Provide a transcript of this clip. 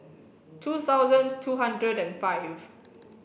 two thousand two hundred and five